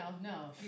no